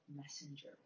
Messenger